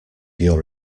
your